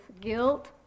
guilt